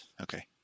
okay